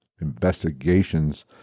investigations